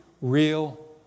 real